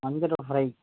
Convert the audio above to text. வஞ்சரம் ஃப்ரை